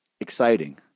exciting